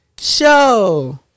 show